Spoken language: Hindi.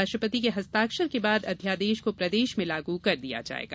राष्ट्रपति के हस्ताक्षर के बाद अध्यादेश को प्रदेश में लागू कर दिया जायेगा